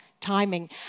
timing